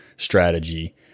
strategy